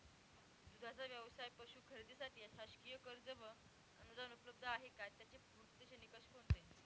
दूधाचा व्यवसायास पशू खरेदीसाठी शासकीय कर्ज व अनुदान उपलब्ध आहे का? त्याचे पूर्ततेचे निकष कोणते?